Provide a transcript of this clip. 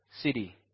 city